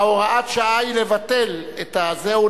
הוראת השעה היא לבטל את זה.